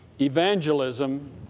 Evangelism